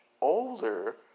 older